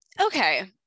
Okay